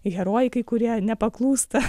herojai kai kurie nepaklūsta